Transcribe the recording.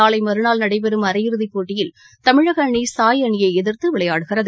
நாளை மற்றாள் நடைபெறும் அரை இறுதி போட்டியில் தமிழக அணி சாய் அணியை எதிர்த்து ஆடுகிறது